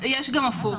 יש גם הפוך.